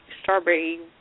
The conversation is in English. strawberry